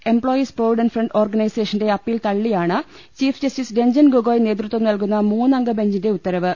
employees provident fund ഓർഗനൈ സേഷന്റെ appeal തള്ളിയാണ് ചീഫ് ജസ്റ്റിസ് രഞ്ജൻ ഗോഗോയി നേതൃത്വം നൽകുന്ന മൂന്നംഗ ബഞ്ചിന്റെ ഉത്തരവ്